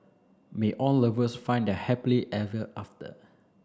may all lovers find their happily ever after